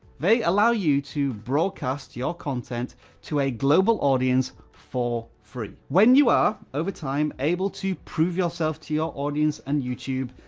they allow you to broadcast your content to a global audience for free. when you are, over time, able to prove yourself to your audience and youtube,